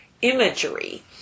Imagery